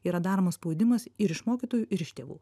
yra daromas spaudimas ir iš mokytojų ir iš tėvų